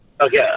Okay